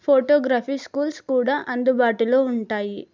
photography schools కూడా అందుబాటులో ఉంటాయి